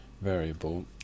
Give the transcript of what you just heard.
variable